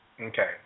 Okay